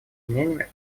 мнениями